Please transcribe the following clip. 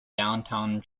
downtown